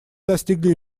достигли